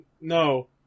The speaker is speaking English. No